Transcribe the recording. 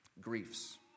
griefs